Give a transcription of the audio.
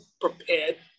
prepared